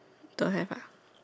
don't have ah